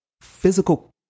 physical